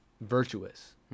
virtuous